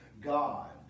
God